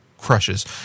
crushes